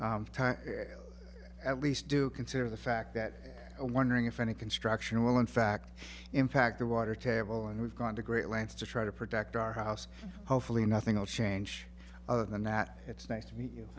things at least do consider the fact that wondering if any construction will in fact impact the water table and we've gone to great lengths to try to protect our house hopefully nothing will change other than that it's nice to meet you